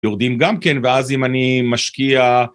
יורדים גם כן, ואז אם אני משקיע...